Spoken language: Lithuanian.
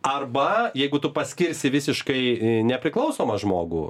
arba jeigu tu paskirsi visiškai nepriklausomą žmogų